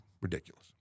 Ridiculous